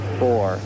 four